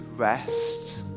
rest